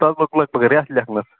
اَتھ حظ لوٚگ لگ بگ رٮ۪تھ لیٚکھنَس